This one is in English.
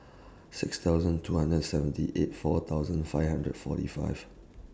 six thousand two hundred and seventy eight four thousand five hundred forty five